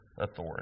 authority